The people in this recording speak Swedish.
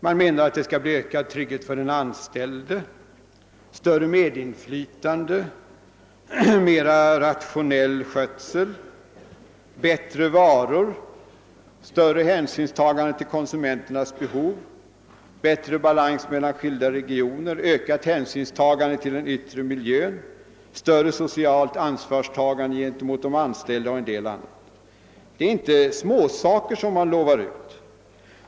Man menar att det skall bli ökad trygghet för den enskilde, större medinflytande, mera rationell skötsel, bättre varor, större hänsynstagande till konsumenternas behov, bättre balans mellan skilda regioner, ökat hänsynstagande till den yttre miljön, större socialt ansvarstagande mot de anställda och en del annat. Det är inte småsaker som man utlovar.